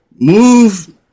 move